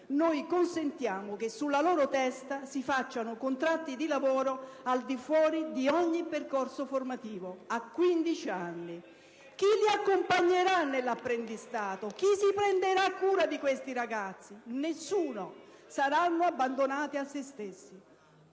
consentiamo che sulla loro testa si facciano contratti di lavoro al di fuori di ogni percorso formativo, a 15 anni. Chi li accompagnerà nell'apprendistato? Chi si prenderà cura di questi ragazzi ? Nessuno. Saranno abbandonati a loro stessi.